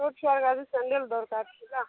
ଛୋଟ ଛୁଆର କାଜି ସାଣ୍ଡେଲ୍ ଦରକାର୍ ଥିଲା